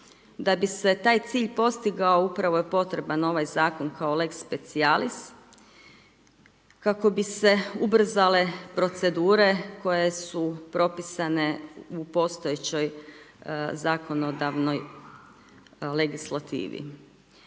Da bi se taj cilj postigao upravo je potreban ovaj zakon kao lex specialis kako bi se ubrzale procedure koje su propisane u postojećoj zakonodavnoj legislativi.